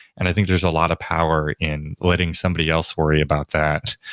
and i think there's a lot of power in letting somebody else worry about that.